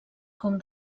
com